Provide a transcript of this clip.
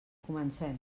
comencem